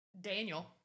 Daniel